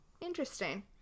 interesting